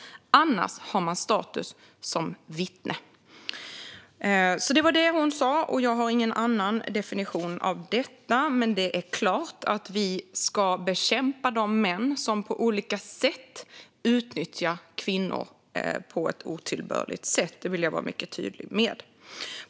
Annars har man status som vittne." Det var det hon sa, och jag har ingen annan definition av detta. Dock är det klart att vi ska bekämpa de män som på olika vis utnyttjar kvinnor på ett otillbörligt sätt. Det vill jag vara mycket tydlig med.